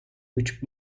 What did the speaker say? which